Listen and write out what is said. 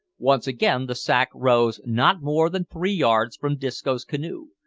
once again the sack rose not more than three yards from disco's canoe.